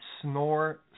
snore